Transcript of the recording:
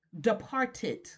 departed